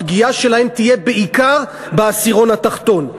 הפגיעה שלהם תהיה בעיקר בעשירון התחתון,